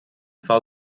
fall